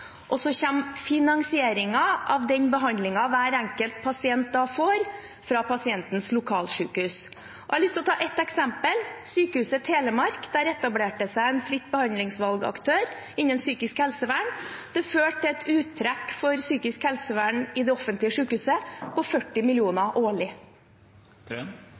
Så kommer finansieringen av den behandlingen hver enkelt pasient får, fra pasientens lokalsykehus. Jeg har lyst til å ta et eksempel: I forbindelse med Sykehuset Telemark etablerte det seg en fritt behandlingsvalg-aktør innen psykisk helsevern. Det førte til et uttrekk for psykisk helsevern i det offentlige sykehuset på 40